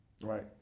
right